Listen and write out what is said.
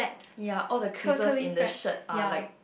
ya all the creases in the shirt are like